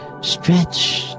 stretch